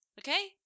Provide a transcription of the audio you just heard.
Okay